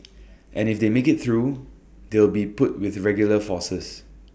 and if they make IT through they'll be put with regular forces